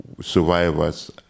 survivors